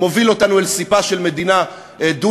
מוביל אותנו אל ספה של מדינה דו-לאומית,